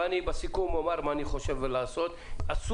אבל בסיכום אני אומר מה אני חושב לעשות: הכול